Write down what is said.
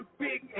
big